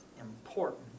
important